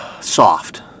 soft